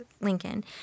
Lincoln